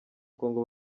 congo